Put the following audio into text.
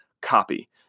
copy